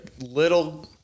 little